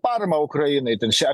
paramą ukrainai ten šią